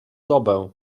dobę